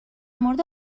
مورد